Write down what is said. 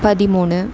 பதிமூணு